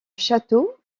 château